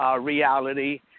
reality